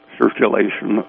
circulation